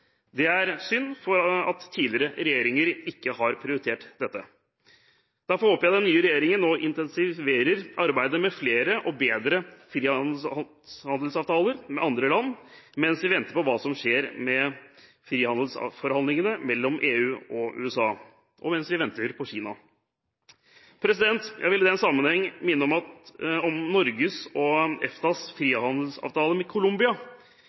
Det er synd at tidligere regjeringer ikke har prioritert dette. Derfor håper jeg den nye regjeringen nå intensiverer arbeidet med flere og bedre frihandelsavtaler med andre land, mens vi venter på hva som skjer med frihandelsforhandlingene mellom EU og USA, og mens vi venter på Kina. Jeg vil i den sammenheng minne om Norge og EFTAs frihandelsavtale med Colombia.